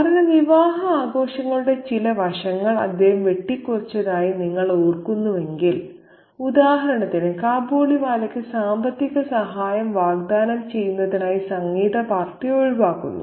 കാരണം വിവാഹ ആഘോഷങ്ങളുടെ ചില വശങ്ങൾ അദ്ദേഹം വെട്ടിക്കുറച്ചതായി നിങ്ങൾ ഓർക്കുന്നുവെങ്കിൽ ഉദാഹരണത്തിന് കാബൂളിവാലയ്ക്ക് സാമ്പത്തിക സഹായം വാഗ്ദാനം ചെയ്യുന്നതിനായി സംഗീത പാർട്ടി ഒഴിവാക്കുന്നു